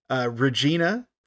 Regina